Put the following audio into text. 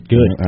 Good